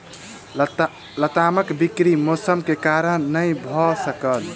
लतामक बिक्री मौसम के कारण नै भअ सकल